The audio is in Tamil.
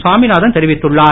சாமிநாதன் தெரிவித்துள்ளார்